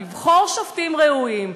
לבחור שופטים ראויים,